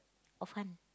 hor fun